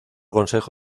consejo